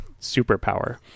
superpower